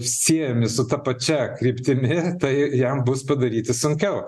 siejami su ta pačia kryptimi tai jam bus padaryti sunkiau